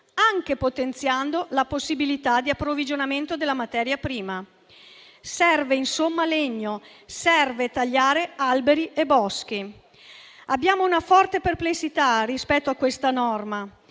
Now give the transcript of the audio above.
anche potenziando la possibilità di approvvigionamento della materia prima. Serve, insomma, legno, serve tagliare alberi e boschi. Abbiamo una forte perplessità rispetto a questa norma;